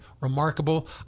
remarkable